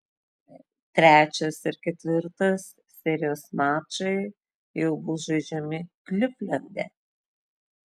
trečias ir ketvirtas serijos mačai jau bus žaidžiami klivlande